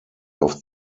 auf